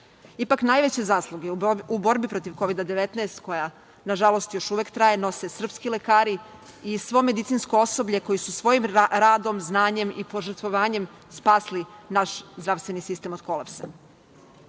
Ipak najveće zasluge u borbi protiv Kovida 19, koja nažalost još uvek traje, nose srpski lekari i svo medicinsko osoblje koje je svojim radom, znanjem i požrtvovanjem spasli naš zdravstveni sistem od kolapsa. Nikad